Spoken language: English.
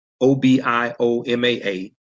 O-B-I-O-M-A-A